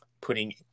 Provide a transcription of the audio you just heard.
putting